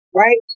right